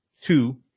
Two